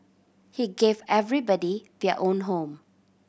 he gave everybody their own home